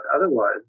otherwise